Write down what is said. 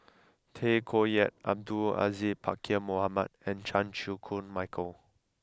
Tay Koh Yat Abdul Aziz Pakkeer Mohamed and Chan Chew Koon Michael